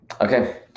Okay